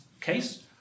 case